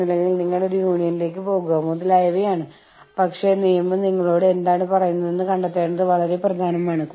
ഇതിന്റെ മറ്റൊരു വശം പോളിസെൻട്രിസം അല്ലെങ്കിൽ റീജിയോസെൻട്രിസം ആണ്